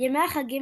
ימי החגים,